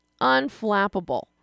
Unflappable